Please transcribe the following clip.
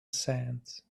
sand